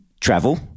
travel